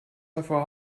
davor